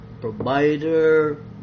provider